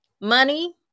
money